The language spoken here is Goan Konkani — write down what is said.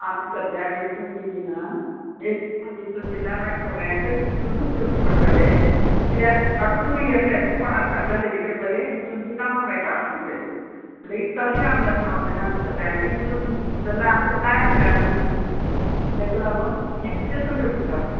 आमी सद्द्यां विचून बी दिना विचून दिल्यार मागीर सगळ्यांकच विचुनूच दिवचे पडटले किद्याक आतां तुमी घेतले तूं कोणाक सांगतले तेजे कडे बरें विचून बी तांदूळ मेळटा अशें म्हणटली म्हणटगीर तशें आमी जावचें ना न्हू सगळ्यांक विचून जाल्यार आमकां टायम मेळना न्ही तेका लागून येचचें तुमी पडटलें